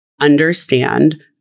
understand